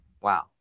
Wow